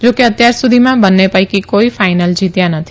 જા કે અત્યાર સુધીમાં બંને પૈકી કોઈ ફાઈનલ જીત્યા નથી